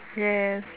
yes